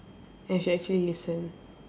and should actually listen